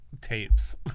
tapes